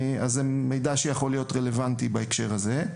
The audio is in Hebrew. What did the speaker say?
יכול להיות רלוונטי, בהקשר הזה.